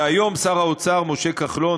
היום שר האוצר משה כחלון,